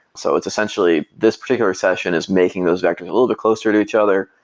so it's essentially this particular session is making those vectors a little bit closer to each other,